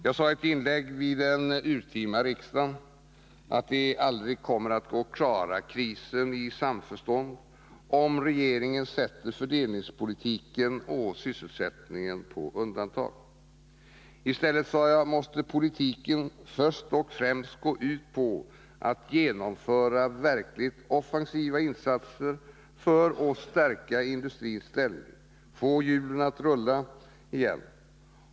Jag sade i ett inlägg vid urtima riksmötet att det aldrig kommer att gå att klara krisen i samförstånd, om regeringen sätter fördelningspolitiken och sysselsättningen på undantag. ”I stället”, sade jag, ”måste politiken först och främst gå ut på att genomföra verkligt offensiva insatser för att stärka industrins ställning, få hjulen att rulla igen.